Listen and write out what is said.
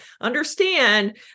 understand